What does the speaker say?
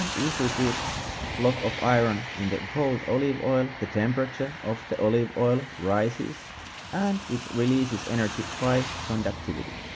and if we put block of iron in the cold olive oil the temperature of the olive oil rises and it releases energy by conductivity.